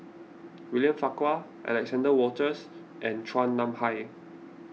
William Farquhar Alexander Wolters and Chua Nam Hai